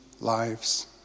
lives